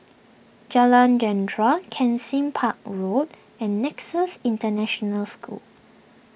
Jalan Jentera Kensing Park Road and Nexus International School